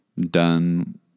done